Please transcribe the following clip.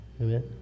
Amen